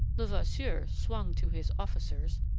levasseur swung to his officers,